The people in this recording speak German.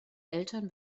eltern